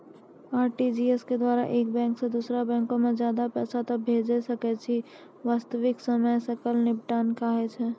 RTGS के द्वारा एक बैंक से दोसरा बैंको मे ज्यादा पैसा तोय भेजै सकै छौ वास्तविक समय सकल निपटान कहै छै?